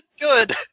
good